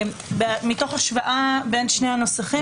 אם תרצו,